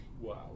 Wow